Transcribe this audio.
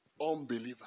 unbeliever